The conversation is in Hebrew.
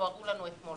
שתוארו לנו אתמול,